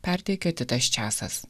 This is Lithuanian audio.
perteikia titas časas